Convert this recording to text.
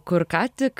kur ką tik